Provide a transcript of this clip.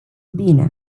bine